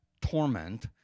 torment